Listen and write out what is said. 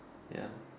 ya